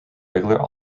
regular